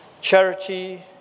Charity